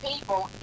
people